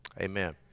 Amen